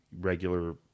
regular